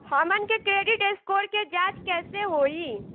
हमन के credit score के जांच कैसे होइ?